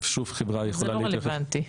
זה לא רלוונטי.